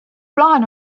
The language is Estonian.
plaan